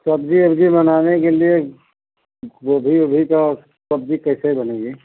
सब्ज़ी उब्ज़ी बनाने के लिए गोभी उभी का सब्ज़ी कैसे बनेगी